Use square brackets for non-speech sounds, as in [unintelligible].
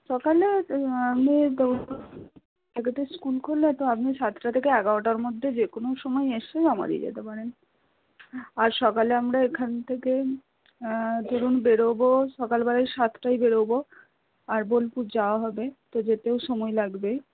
সকালে [unintelligible] কালকে তো স্কুল খোলা তো আপনি সাতটা থেকে এগারোটার মধ্যে যে কোন সময় এসে জমা দিয়ে যেতে পারেন আর সকালে আমরা এখান থেকে যেরকম বেরবো সকাল বেলায় সাতটায় বেরবো আর বোলপুর যাওয়া হবে তো যেতেও সময় লাগবে